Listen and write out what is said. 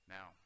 Now